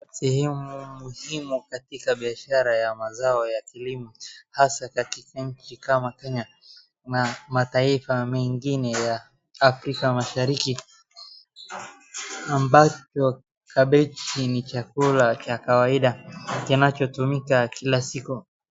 Sehemu muhimu katika biashara ya mazao ya kilimo hasa katika nchi kama Kenya ama mataifa mengine ya Afrika mashariki ambazo kabeji ni chakula cha kawaida kinachotumika kila siku.